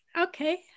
Okay